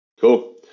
Cool